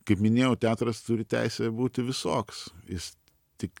kaip minėjau teatras turi teisę būti visoks jis tik